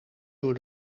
door